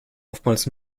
oftmals